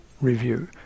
review